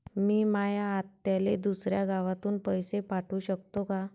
मी माया आत्याले दुसऱ्या गावातून पैसे पाठू शकतो का?